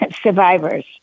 survivors